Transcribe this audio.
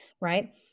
right